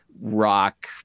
rock